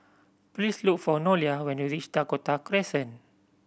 please look for Nolia when you reach Dakota Crescent